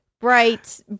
bright